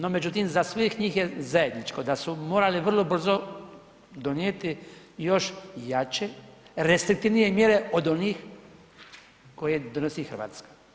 No, međutim za svih njih je zajedničko da su morali vrlo brzo donijeti još jače, restriktivnije mjere od onih koje donosi RH.